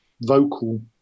vocal